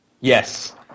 Yes